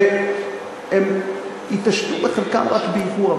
והן התעשתו בחלקן רק באיחור,